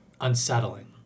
unsettling